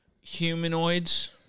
humanoids